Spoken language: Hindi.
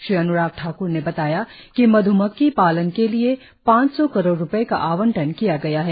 श्री अनुराग ठाकुर ने बताया कि मध्मक्खी पालन के लिए पांच सौ करोड़ रुपये का आवंटन किया गया है